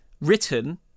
written